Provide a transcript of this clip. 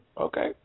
Okay